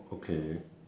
okay